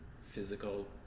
physical